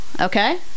okay